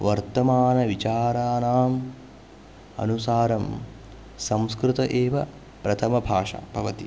वर्तमानविचारानाम् अनुसारं संस्कृत एव प्रथमभाषा भवति